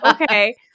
Okay